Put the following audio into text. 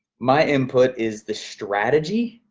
my input is the strategy.